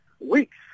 weeks